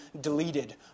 deleted